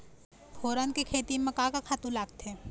फोरन के खेती म का का खातू लागथे?